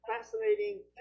fascinating